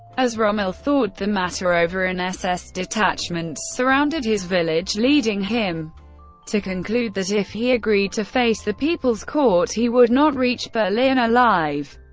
as rommel thought the matter over, an ss detachment surrounded his village, leading him to conclude that if he agreed to face the people's court, he would not reach berlin alive.